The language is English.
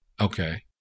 Okay